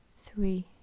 three